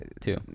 two